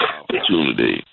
opportunity